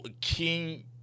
King